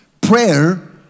Prayer